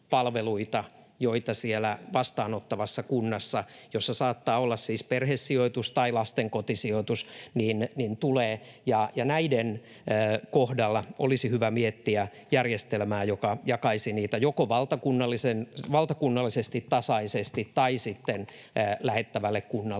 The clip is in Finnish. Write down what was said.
tulee siellä vastaanottavassa kunnassa, jossa saattaa olla siis perhesijoitus tai lastenkotisijoitus. Näiden kohdalla olisi hyvä miettiä järjestelmää, joka jakaisi niitä joko valtakunnallisesti tasaisesti tai sitten lähettävälle kunnalle